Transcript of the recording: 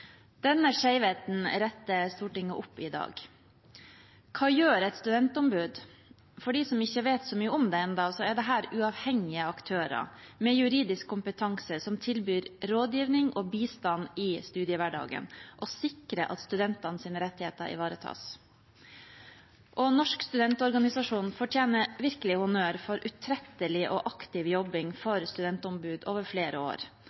Denne skjevheten retter Stortinget opp i dag. Hva gjør et studentombud? For dem som ikke vet så mye om det ennå: Dette er uavhengige aktører med juridisk kompetanse som tilbyr rådgivning og bistand i studiehverdagen og sikrer at studentenes rettigheter ivaretas. Norsk studentorganisasjon fortjener virkelig honnør for utrettelig og aktiv jobbing for studentombud over flere år.